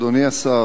אדוני השר,